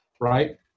right